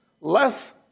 Less